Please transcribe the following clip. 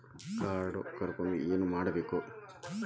Card ಕಳ್ಕೊಂಡ್ರ ಏನ್ ಮಾಡಬೇಕು?